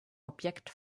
objekt